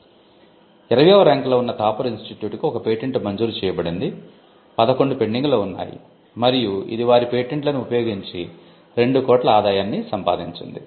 20 వ ర్యాంక్లో ఉన్న థాపర్ ఇన్స్టిట్యూట్ కు 1 పేటెంట్ మంజూరు చేయబడింది 11 పెండింగ్లో ఉన్నాయి మరియు ఇది వారి పేటెంట్లను ఉపయోగించి 2 కోట్ల ఆదాయాన్ని సంపాదించింది